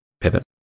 pivot